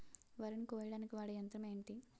వరి ని కోయడానికి వాడే యంత్రం ఏంటి?